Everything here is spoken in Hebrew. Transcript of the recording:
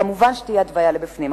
ומובן שתהיה התוויה בפנים.